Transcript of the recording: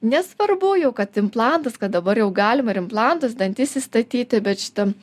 nesvarbu jau kad implantas kad dabar jau galima ir implantus dantis įstatyti bet šita